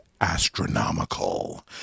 astronomical